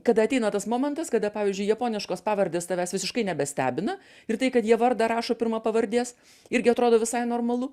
kada ateina tas momentas kada pavyzdžiui japoniškos pavardės tavęs visiškai nebestebina ir tai kad jie vardą rašo pirma pavardės irgi atrodo visai normalu